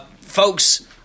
folks